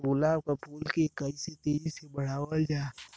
गुलाब क फूल के कइसे तेजी से बढ़ावल जा?